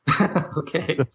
Okay